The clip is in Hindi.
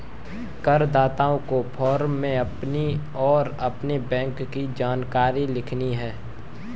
करदाता को फॉर्म में अपनी और अपने बैंक की जानकारी लिखनी है